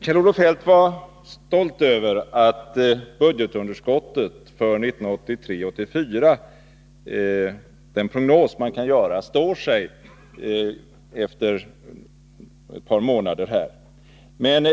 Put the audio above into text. Kjell-Olof Feldt var stolt över att prognosen avseende budgetunderskottet för 1983/84 står sig efter ett par månader.